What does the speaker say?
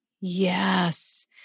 Yes